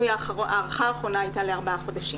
ההארכה האחרונה הייתה לארבעה חודשים.